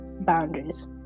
boundaries